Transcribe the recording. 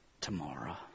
tomorrow